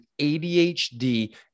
ADHD